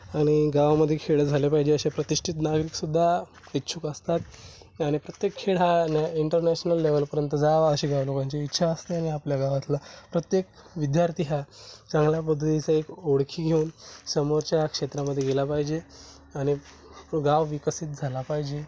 आणि गावामध्येे खेळ झाले पाहिजे असे प्रतिष्ठित नागरिकसुद्धा इच्छुक असतात आणि प्रत्येक खेळ हा न इंटरनॅशनल लेवलपर्यंत जावा असे गाव लोकांची इच्छा असते आणि आपल्या गावातला प्रत्येक विद्यार्थी हा चांगल्या पद्धतीचं एक ओळखी घेऊन समोरच्या क्षेत्रामध्येे गेला पाहिजे आणि गाव विकसित झाला पाहिजे